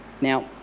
Now